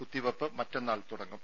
കുത്തിവെപ്പ് മറ്റന്നാൾ തുടങ്ങും